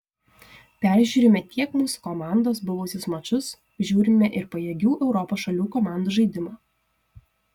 peržiūrime tiek mūsų komandos buvusius mačus žiūrime ir pajėgių europos šalių komandų žaidimą